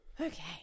Okay